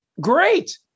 Great